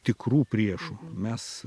tikrų priešų mes